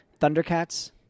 Thundercats